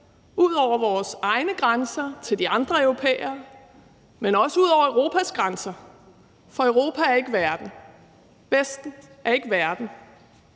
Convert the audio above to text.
ud over os vores egne grænser til de andre europæere, men også ud over Europas grænser? For Europa er ikke verden, Vesten er ikke verden.